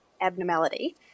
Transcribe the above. abnormality